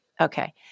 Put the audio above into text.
Okay